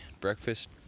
Breakfast